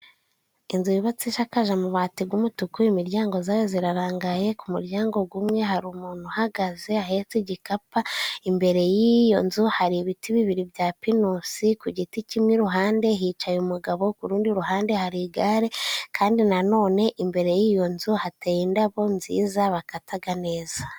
Inzu yubatse ishakaje amabati g'umutuku, imiryango zayo zirarangaye ku muryango gumwe hari umuntu uhagaze ahetse igikapa, imbere y'iyo nzu hari ibiti bibiri bya pinusi, ku giti kimwe iruhande hicaye umugabo ku rundi ruhande hari igare kandi na none imbere y'iyo nzu hateye indabo nziza bakataga neza.